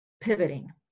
pivoting